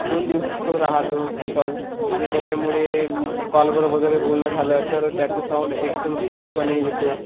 दोन दिवसच तो राहातो टिकाऊ आणि त्याच्यामुळे कॉलवर वगैरे बोलणं झालं तर त्याचं साऊंड एकदम स्मूथ पणे येतो